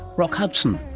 rock hudson,